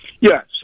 Yes